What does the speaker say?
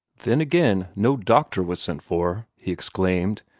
then, again, no doctor was sent for! he exclaimed,